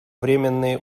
временные